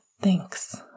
thanks